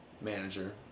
manager